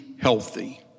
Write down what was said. healthy